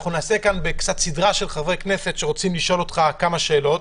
אנחנו נעשה כאן סדרה של דוברים חברי כנסת שרוצים לשאול אותך כמה שאלות.